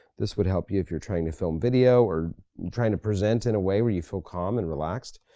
this would help you if you're trying to film video, or trying to present in a way where you feel calm and relaxed.